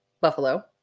Buffalo